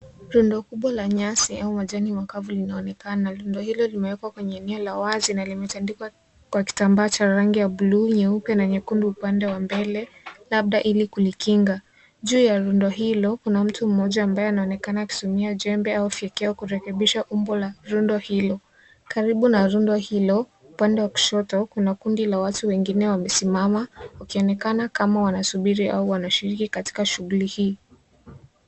Rundo kubwa la nyasi au majani makavu linaonekana. Rundo hilo limewekwa kwenye nia la wazi na limetandikwa kwa kitambaa cha rangi ya buluu, nyeupe, na nyekundu upande wa mbele labda ili kulikinga. Juu ya rundo hilo kuna mtu mmoja ambaye anaonekana akitumia jembe au fyekeo kurekebisha umbo la rundo hilo. Karibu na rundo hilo upande wa kushoto kuna kundi la watu wengine wamesimama wakionekana kama wanasubiri ama wanashiriki katika shughuli hii.